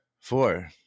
four